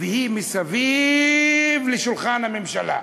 והיא סביב שולחן הממשלה.